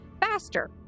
faster